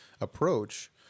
approach